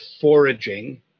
foraging